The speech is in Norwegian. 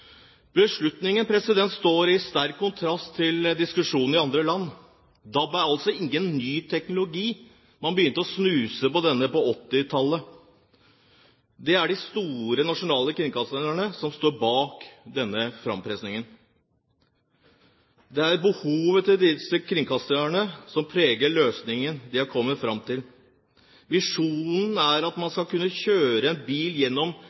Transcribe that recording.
Beslutningen står i sterk kontrast til diskusjonene i andre land. DAB er altså ingen ny teknologi. Man begynte å snuse på denne på 1980-tallet. Det er de store nasjonale kringkasterne som står bak denne frampressingen. Det er behovet til disse kringkasterne som preger løsningen man har kommet fram til. Visjonen er at man skal kunne kjøre en bil gjennom